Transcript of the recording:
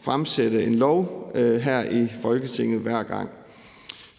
fremsætte et lovforslag her i Folketinget hver gang.